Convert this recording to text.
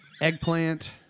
eggplant